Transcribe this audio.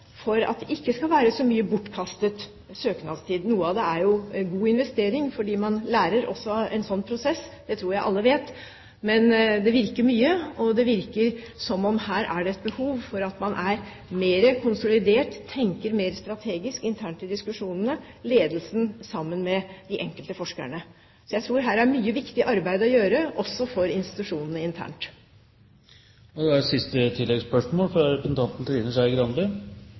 at det ikke blir så mye bortkastet søknadstid. Noe av det er jo god investering, for man lærer også av en slik prosess. Det tror jeg alle vet. Men det virker mye, og det virker som om det her er et behov for at ledelsen sammen med de enkelte forskerne blir mer konsolidert og tenker mer strategisk internt i diskusjonene. Så jeg tror her er mye viktig arbeid å gjøre, også for institusjonene internt. Trine Skei Grande – til oppfølgingsspørsmål. Virkelighetsforståelsen der ute er